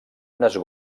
unes